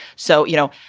so, you know,